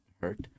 hurt